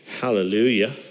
Hallelujah